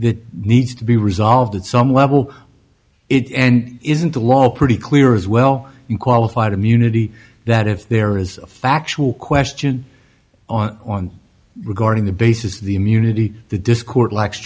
that needs to be resolved at some level it and isn't the law pretty clear as well qualified immunity that if there is a factual question on on regarding the bases the immunity the dischord la